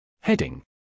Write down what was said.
Heading